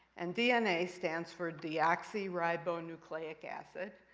and dna stands for deoxyribonucleic acid.